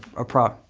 a prop.